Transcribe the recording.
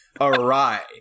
awry